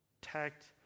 protect